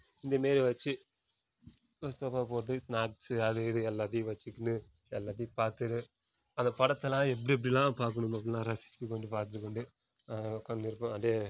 இதுமாரி வச்சு ஒரு சோஃபா போட்டு ஸ்நாக்ஸு அது இது எல்லாத்தையும் வச்சுக்கின்னு எல்லாத்தையும் பார்த்துன்னு அதை படத்தைலாம் எப்படி எப்படிலாம் பார்க்கணுமோ அப்படிலாம் ரசித்து கொண்டு பார்த்துக்கொண்டு உக்காந்துருப்பேன் அப்டி